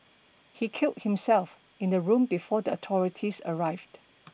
he killed himself in the room before the authorities arrived